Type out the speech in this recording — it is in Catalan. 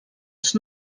els